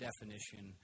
definition